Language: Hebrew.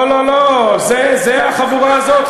לא לא לא, זה החבורה הזאת.